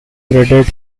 threaded